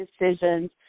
decisions